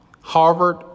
Harvard